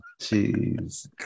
Jeez